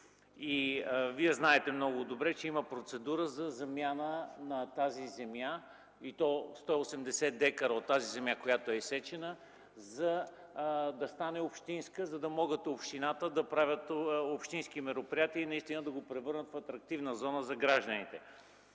Вие знаете много добре, че има процедура за замяна на тази земя и то 180 декара от тази земя, която е изсечена, да стане общинска и да могат общината да правят общински мероприятия и да я превърнат в атрактивна зона за гражданите.